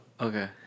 Okay